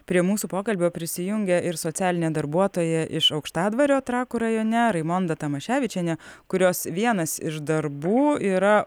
prie mūsų pokalbio prisijungia ir socialinė darbuotoja iš aukštadvario trakų rajone raimonda tamoševičienė kurios vienas iš darbų yra